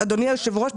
אדוני היושב ראש,